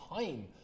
time